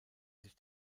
sich